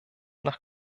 nach